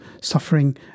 suffering